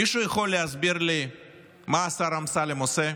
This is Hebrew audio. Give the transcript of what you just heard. מישהו יכול להסביר לי מה השר אמסלם עושה?